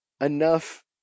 enough